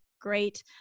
great